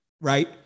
right